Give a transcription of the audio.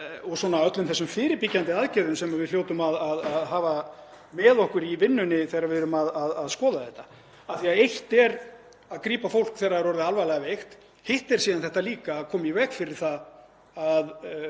og öllum þessum fyrirbyggjandi aðgerðum sem við hljótum að hafa með okkur í vinnunni þegar við erum að skoða þetta. Eitt er að grípa fólk þegar það er orðið alvarlega veikt. Hitt er síðan að koma í veg fyrir að